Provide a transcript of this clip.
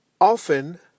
Often